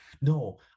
No